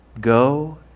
Go